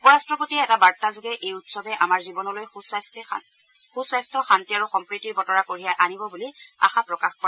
উপৰট্টপতিয়ে এটা বাৰ্তা যোগে এই উৎসৱে আমাৰ জীৱনলৈ সুধাস্থ্য শান্তি আৰু সম্প্ৰতিৰ বতৰা কঢ়িয়াই আনিব বুলি আশা প্ৰকাশ কৰে